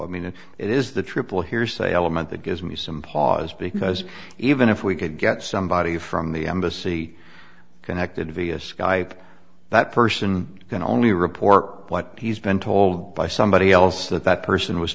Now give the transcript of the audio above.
i mean it is the triple hearsay element that gives me some pause because even if we could get somebody from the embassy connected via skype that person can only report what he's been told by somebody else that that person was